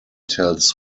tells